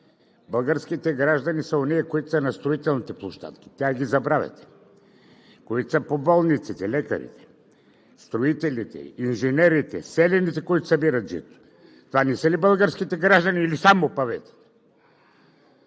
Българските граждани са онези, които са на строителните площадки. Тях ги забравяте! Хората по болниците – лекарите, строителите, инженерите, селяните, които събират житото. Това не са ли българските граждани или само тези